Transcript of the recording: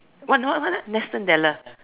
what what what ah Nathan-Della